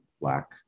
black